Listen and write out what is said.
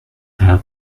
have